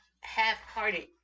half-hearted